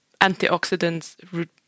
antioxidants